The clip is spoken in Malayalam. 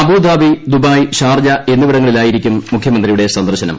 അബുദാബി ദുബായ് ഷാർജ എന്നിവിടങ്ങളിലായിരിക്കും മുഖ്യമന്ത്രിയുടെ സന്ദർശനം